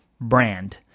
brand